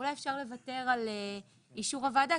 אולי אפשר לוותר על אישור הוועדה,